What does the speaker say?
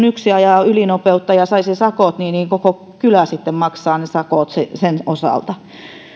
yksi ajaa ylinopeutta ja saa sakot niin niin koko kylä sitten maksaa ne sakot sen osalta